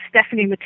Stephanie